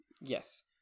Yes